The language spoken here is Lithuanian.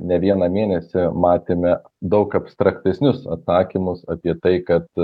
ne vieną mėnesį matėme daug abstraktesnius atsakymus apie tai kad